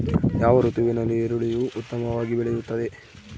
ಯಾವ ಋತುವಿನಲ್ಲಿ ಈರುಳ್ಳಿಯು ಉತ್ತಮವಾಗಿ ಬೆಳೆಯುತ್ತದೆ?